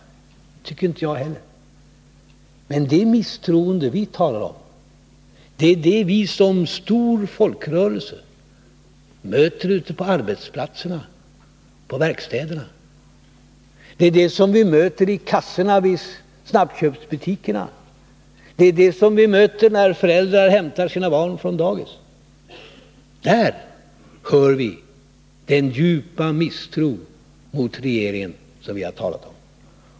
Det tycker inte jag heller. Men det misstroende vi talar om är det som vi som stor folkrörelse möter ute på arbetsplatserna, på verkstäderna. Det är det som vi möter vid kassorna i snabbköpsbutikerna, det är det som vi möter när föräldrar hämtar sina barn från dagis. Där hör vi den djupa misstro mot regeringen som vi har talat om.